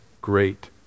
great